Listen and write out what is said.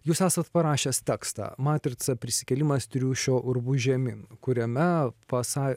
jūs esat parašęs tekstą matrica prisikėlimas triušio urvu žemyn kuriame pasa